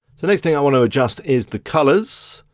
the next thing i want to adjust is the colours.